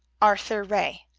arthur ray.